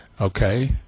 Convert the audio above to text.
Okay